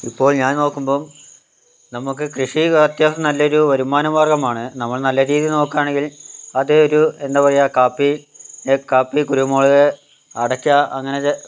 ഇപ്പൊൾ ഞാൻ നോക്കുമ്പോൾ നമുക്ക് കൃഷി അ അത്യാവശ്യം നല്ലൊരു വരുമാന മാർഗ്ഗമാണ് നമ്മൾ നല്ല രീതിയിൽ നോക്കുവാണെങ്കിൽ അത് ഒരു എന്താ പറയുക് കാപ്പി എ കാപ്പി കുരുമുളക് അടയ്ക്ക അങ്ങനെ